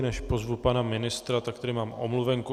Než pozvu pana ministra, tak tady mám omluvenku.